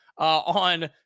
on